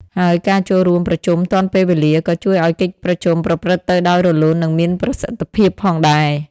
ហើយការចូលរួមប្រជុំទាន់ពេលវេលា ក៏ជួយឲ្យកិច្ចប្រជុំប្រព្រឹត្តទៅដោយរលូន និងមានប្រសិទ្ធភាពផងដែរ។